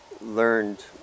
learned